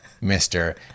mister